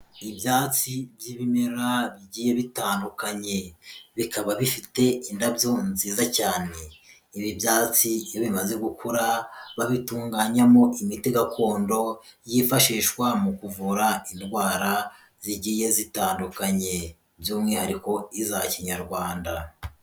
Ibyatsi by'ibimera, bigiye bitandukanye. Bikaba bifite indabyo nziza cyane. Ibi byatsi iyo bimaze gukura, babitunganyamo imiti gakondo, yifashishwa mu kuvura indwara zigiye zitandukanye. By'umwihariko iza Kinyarwanda.